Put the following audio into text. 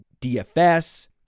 DFS